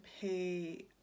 pay